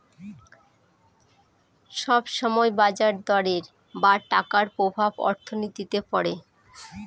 সব সময় বাজার দরের বা টাকার প্রভাব অর্থনীতিতে পড়ে